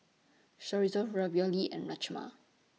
Chorizo Ravioli and Rajma